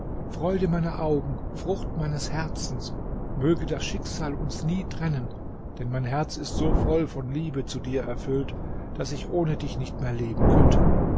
freude meiner augen frucht meines herzens möge das schicksal uns nie trennen denn mein herz ist so voll von liebe zu dir erfüllt daß ich ohne dich nicht mehr leben könnte